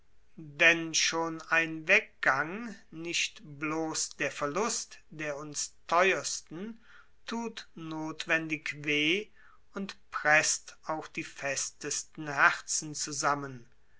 denn ein weggang nicht blos der verlust der uns theuersten thut nothwendig weh und preßt auch die festesten herzen zusammen